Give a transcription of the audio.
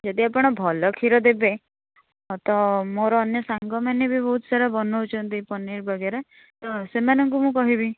ଯଦି ଆପଣ ଭଲ କ୍ଷୀର ଦେବେ ହଁ ତ ମୋର ଅନ୍ୟ ସାଙ୍ଗମାନେ ବି ବହୁତ ସାରା ବନାଉଛନ୍ତି ପନିର ବଗେରା ତ ସେମାନଙ୍କୁ ମୁଁ କହିବି